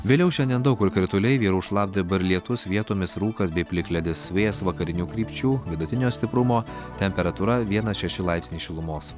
vėliau šiandien daug kur krituliai vyraus šlapdriba ir lietus vietomis rūkas bei plikledis vėjas vakarinių krypčių vidutinio stiprumo temperatūra vienas šeši laipsniai šilumos